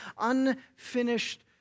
unfinished